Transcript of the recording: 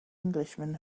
englishman